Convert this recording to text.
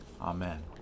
Amen